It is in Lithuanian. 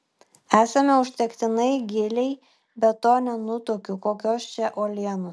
esame užtektinai giliai be to nenutuokiu kokios čia uolienos